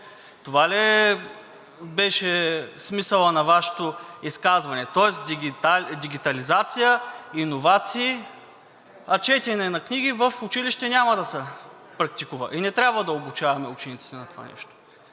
Това ли беше смисълът на Вашето изказване? Тоест дигитализация, иновации, а четене на книги в училище няма да се практикува и не трябва да обучаваме учениците на това нещо?!